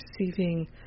receiving